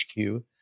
HQ